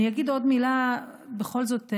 אני אגיד עוד מילה בכל זאת.